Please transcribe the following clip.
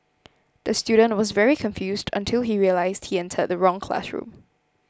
the student was very confused until he realised he entered the wrong classroom